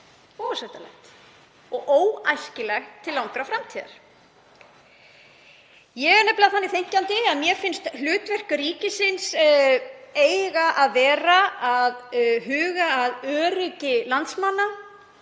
óásættanlegt og óæskilegt til langrar framtíðar. Ég er nefnilega þannig þenkjandi að mér finnst hlutverk ríkisins eiga að vera að huga að öryggi landsmanna,